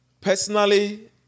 personally